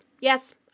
Yes